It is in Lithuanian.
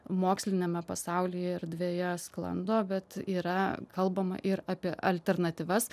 moksliniame pasaulyje erdvėje sklando bet yra kalbama ir apie alternatyvas